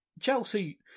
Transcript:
Chelsea